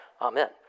Amen